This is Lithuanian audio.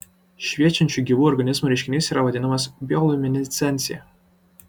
šviečiančių gyvų organizmų reiškinys yra vadinamas bioliuminescencija